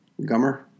Gummer